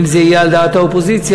אם זה יהיה על דעת האופוזיציה,